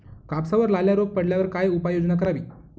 कापसावर लाल्या रोग पडल्यावर काय उपाययोजना करावी?